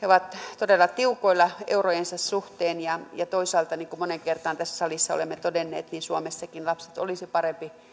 ovat todella tiukoilla eurojensa suhteen ja ja toisaalta niin kuin moneen kertaan tässä salissa olemme todenneet suomessakin lapset olisi parempi